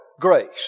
grace